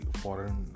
foreign